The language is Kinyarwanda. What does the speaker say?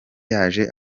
yaje